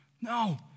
No